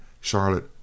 charlotte